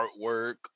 artwork